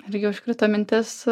irgi užkrito mintis